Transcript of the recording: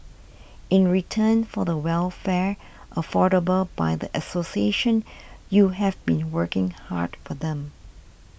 in return for the welfare afforded by the association you have been working hard for them